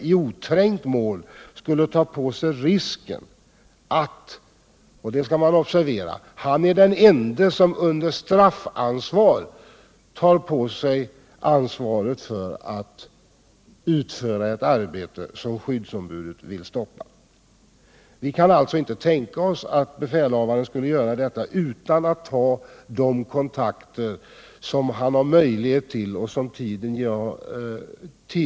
Vi skall observera att han är den ende som under straffansvar tar på sig ansvaret för utförandet av ett arbete som skyddsombudet vill stoppa, och vi kan inte tänka oss att befälhavaren skulle låta utföra arbetet utan att ta de kontakter som tiden tillåter.